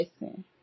listen